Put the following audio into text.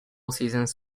seasons